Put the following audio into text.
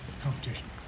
competition